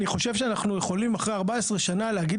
אני חושב שאנחנו יכולים אחרי 14 שנה להגיד